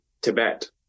tibet